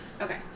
Okay